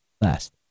Last